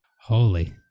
Holy